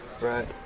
right